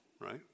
right